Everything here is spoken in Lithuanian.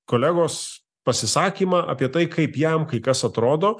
kolegos pasisakymą apie tai kaip jam kai kas atrodo